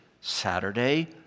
Saturday